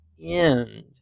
end